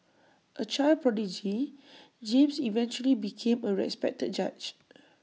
A child prodigy James eventually became A respected judge